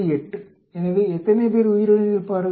8 எனவே எத்தனை பேர் உயிருடன் இருப்பார்கள்